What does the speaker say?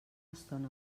estona